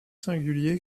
singulier